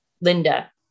Linda